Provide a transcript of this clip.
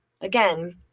Again